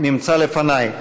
נמצא לפני.